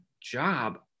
job